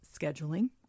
scheduling